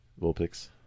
vulpix